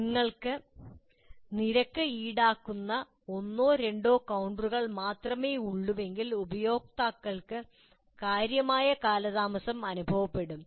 നിങ്ങൾക്ക് നിരക്ക് ഈടാക്കുന്ന ഒന്നോ രണ്ടോ കൌണ്ടറുകൾ മാത്രമേ ഉള്ളൂവെങ്കിൽ ഉപയോക്താക്കൾക്ക് കാര്യമായ കാലതാമസം അനുഭവപ്പെടും